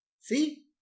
See